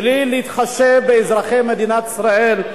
בלי להתחשב באזרחי מדינת ישראל,